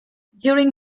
during